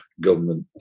government